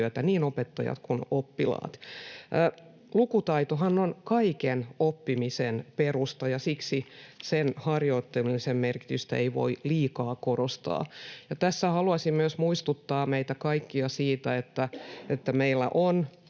rauhassa tehdä tätä työtä. Lukutaitohan on kaiken oppimisen perusta, ja siksi sen harjoittelemisen merkitystä ei voi liikaa korostaa. Tässä haluaisin myös muistuttaa meitä kaikkia siitä, että meillä on